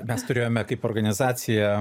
mes turėjome kaip organizaciją